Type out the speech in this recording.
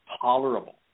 tolerable